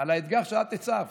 על האתגר שאת הצבת: